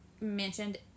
mentioned